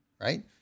right